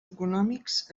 econòmics